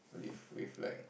if we've like